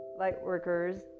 Lightworkers